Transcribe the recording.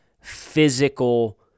physical